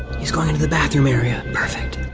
he's going into the bathroom area. perfect.